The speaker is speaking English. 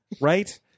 Right